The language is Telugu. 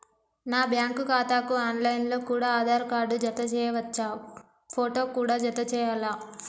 నా బ్యాంకు ఖాతాకు ఆన్ లైన్ లో కూడా ఆధార్ కార్డు జత చేయవచ్చా ఫోటో కూడా జత చేయాలా?